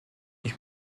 ich